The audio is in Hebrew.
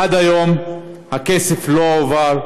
עד היום הכסף לא הועבר,